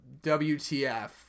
WTF